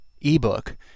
ebook